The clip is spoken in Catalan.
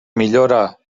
millora